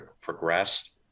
progressed